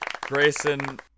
Grayson